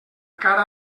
cara